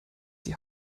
die